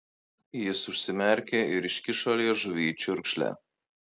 jis užsimerkė ir iškišo liežuvį į čiurkšlę